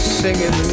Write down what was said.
singing